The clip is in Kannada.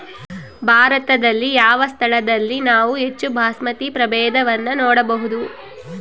ಭಾರತದಲ್ಲಿ ಯಾವ ಸ್ಥಳದಲ್ಲಿ ನಾವು ಹೆಚ್ಚು ಬಾಸ್ಮತಿ ಪ್ರಭೇದವನ್ನು ನೋಡಬಹುದು?